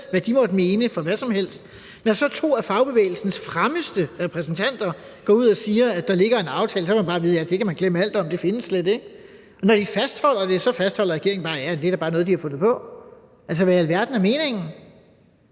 hvad den måtte mene om hvad som helst, men når så to af fagbevægelsens fremmeste repræsentanter går ud og siger, at der ligger en aftale, får man bare at vide, at det kan man glemme alt om, for det findes slet ikke. Og når de fastholder det, fastholder regeringen bare, at det da bare er noget, de har fundet på. Hvad i alverden er meningen?